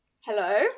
Hello